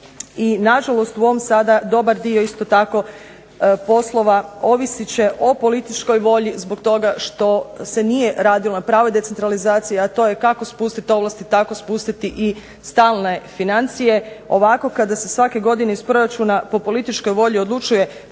i na žalost u ovom sada dobar dio isto tako poslova ovisit će o političkoj volji zbog toga što se nije radilo na pravoj decentralizaciji, a to je kako spustiti ovlastiti tako spustiti i stalne financije, ovako kada se svake godine iz proračuna po političkoj volji odlučuje